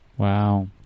Wow